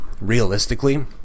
realistically